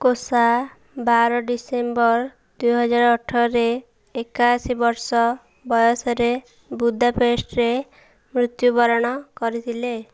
କୋସା ବାର ଡିସେମ୍ବର ଦୁଇହଜାର ଅଠରରେ ଏକାଅଶୀ ବର୍ଷ ବୟସରେ ବୁଦାପେଷ୍ଟରେ ମୃତ୍ୟୁବରଣ କରିଥିଲେ